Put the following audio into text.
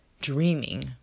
dreaming